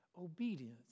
Obedience